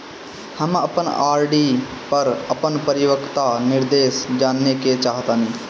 हम अपन आर.डी पर अपन परिपक्वता निर्देश जानेके चाहतानी